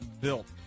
built